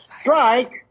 Strike